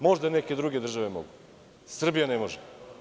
Možda neke druge države mogu, Srbija ne može.